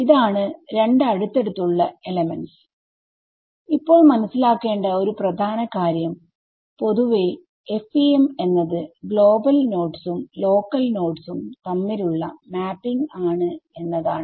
ഇതാണ് രണ്ട് അടുത്തടുത്തുള്ള എലെമെന്റസ് ഇപ്പോൾ മനസ്സിലാക്കേണ്ട ഒരു പ്രധാന കാര്യംപൊതുവെ FEM എന്നത് ഗ്ലോബൽ നോഡ്സും ലോക്കൽ നോഡ്സും തമ്മിൽ ഉള്ള മാപ്പിങ് ആണ് എന്നതാണ്